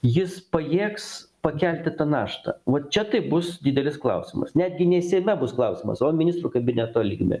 jis pajėgs pakelti tą naštą va čia tai bus didelis klausimas netgi ne seime bus klausimas o ministrų kabineto lygme